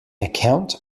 account